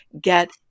get